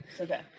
Okay